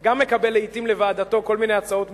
שגם מקבל לעתים לוועדתו כל מיני הצעות מוזרות,